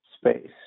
space